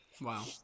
Wow